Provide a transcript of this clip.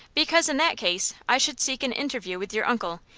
because, in that case, i should seek an interview with your uncle,